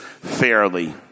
fairly